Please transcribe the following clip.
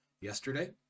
yesterday